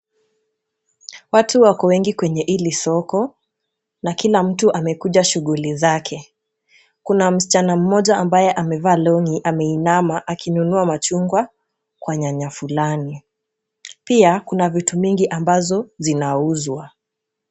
Watu wako wengi kwenye hili soko na kila mtu amekuja shughuli zake. Kuna msichana mmoja ambaye amevaa long'i ameinama akinunua machungwa kwa nyanya fulani. Pia kuna vitu mingi ambazo zinauzwa.